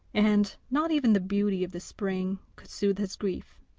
and not even the beauty of the spring could soothe his grief.